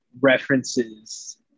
references